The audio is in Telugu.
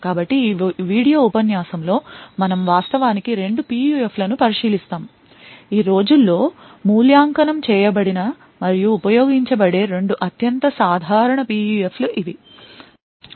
కాబట్టి ఈ వీడియో ఉపన్యాసంలో మనం వాస్తవానికి రెండు PUF లను పరిశీలిస్తాము ఈ రోజుల్లో మూల్యాంకనం చేయబడిన మరియు ఉపయోగించబడే 2 అత్యంత సాధారణ PUF లు ఇవి కాబట్టి దీన్ని Arbiter PUF మరియు రింగ్ oscillator PUF అని పిలుస్తారు